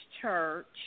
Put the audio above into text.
church